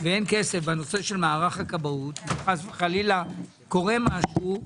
ואין כסף בנושא מערך הכבאות, ואם חלילה קורה משהו,